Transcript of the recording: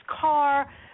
car